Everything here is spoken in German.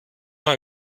war